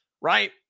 right